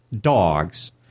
dogs